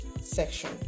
section